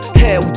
hell